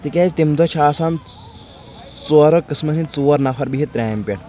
تِکیازِ تمہِ دۄہ چھِ آسان ژورو قٕسمَن ہٕنٛدۍ ژور نَفَر بِہِتھ ترٛامہِ پٮ۪ٹھ